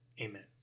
Amen